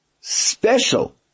special